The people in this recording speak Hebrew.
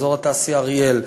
באזור התעשייה אריאל,